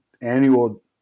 annual